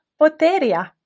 Poteria